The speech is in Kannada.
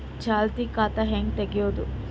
ಚಾಲತಿ ಖಾತಾ ಹೆಂಗ್ ತಗೆಯದು?